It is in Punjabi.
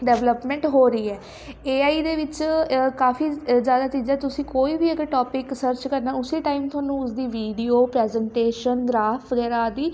ਡਿਵਲੈਪਮੈਂਟ ਹੋ ਰਹੀ ਹੈ ਏ ਆਈ ਦੇ ਵਿੱਚ ਅ ਕਾਫੀ ਜ਼ਿਆਦਾ ਚੀਜ਼ਾਂ ਤੁਸੀਂ ਕੋਈ ਵੀ ਇੱਕ ਟੋਪਿਕ ਸਰਚ ਕਰਨਾ ਉਸੇ ਟਾਈਮ ਤੁਹਾਨੂੰ ਉਸ ਦੀ ਵੀਡੀਓ ਪ੍ਰੈਜੈਂਟੇਸ਼ਨ ਗ੍ਰਾਫ ਵਗੈਰਾ ਆਦਿ